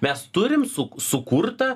mes turim suk sukurtą